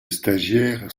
stagiaires